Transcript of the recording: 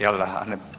Jel' da?